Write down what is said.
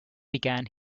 began